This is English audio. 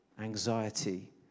Anxiety